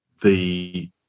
the-